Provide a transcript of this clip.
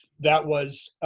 that was